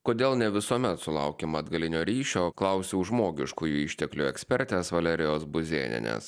kodėl ne visuomet sulaukiama atgalinio ryšio klausiau žmogiškųjų išteklių ekspertės valerijos buzėnienės